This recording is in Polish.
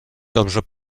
dobrze